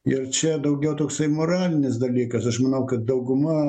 ir čia daugiau toksai moralinis dalykas aš manau kad dauguma